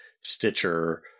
Stitcher